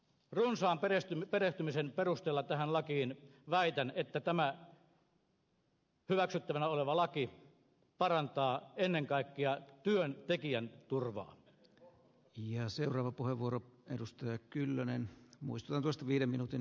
runsaan tähän lakiin perehtymisen perusteella väitän että tämä hyväksyttävänä oleva laki parantaa ennen kaikkea työntekijän turvaa ja seuraava puheenvuoro edustaa kyllönen muistaa toista viiden minuutin